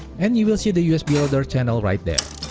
and you will see the usb loader channel right there.